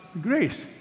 grace